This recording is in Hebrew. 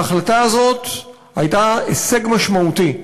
ההחלטה הזאת הייתה הישג משמעותי,